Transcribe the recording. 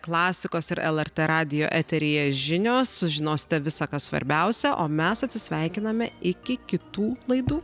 klasikos ir lrt radijo eteryje žinios sužinosite visa kas svarbiausia o mes atsisveikiname iki kitų laidų